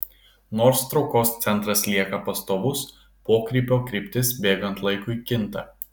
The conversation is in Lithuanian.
nors traukos centras lieka pastovus pokrypio kryptis bėgant laikui kinta